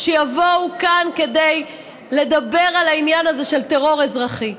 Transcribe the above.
שיבואו כאן כדי לדבר על העניין הזה של טרור אזרחי.